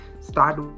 start